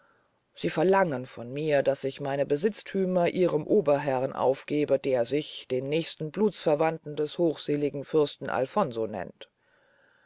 sie verlangen von mir daß ich meine besitzthümer ihrem oberherrn aufgebe der sich den nächsten blutsverwandten des hochseligen fürsten alfonso nennt